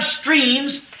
streams